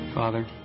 Father